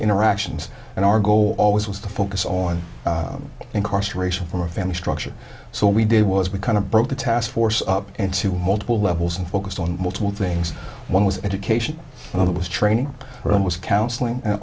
interactions and our goal always was to focus on incarceration for a family structure so we did was we kind of brought the task force up into multiple levels and focused on multiple things one was education another was training them was counseling and